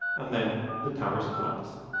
and than the towers collapsed.